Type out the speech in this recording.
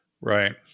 Right